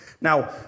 Now